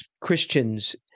Christians